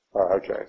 Okay